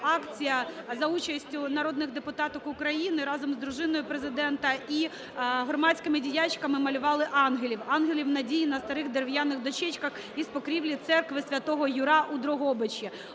акція за участю народних депутаток України разом з дружиною Президента і громадськими діячками малювали янголів – янголів надії на старих дерев'яних дощечках із покрівлі церкви Святого Юра у Дрогобичі.